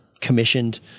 commissioned